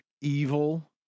evil